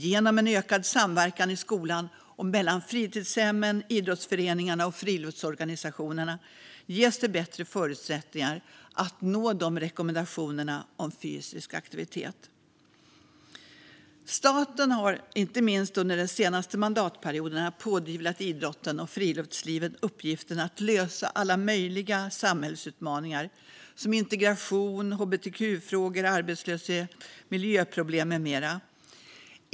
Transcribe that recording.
Genom ökad samverkan mellan skolan, fritidshemmen, idrottsföreningarna och friluftsorganisationerna ges bättre förutsättningar att nå rekommendationerna om fysisk aktivitet. Staten har, inte minst under de senaste mandatperioderna, pådyvlat idrotten och friluftslivet uppgiften att lösa alla möjliga samhällsutmaningar, som integration, hbtq-frågor, arbetslöshet, miljöproblem med mera.